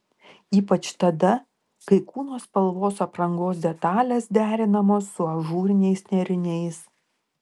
ypač tada kai kūno spalvos aprangos detalės derinamos su ažūriniais nėriniais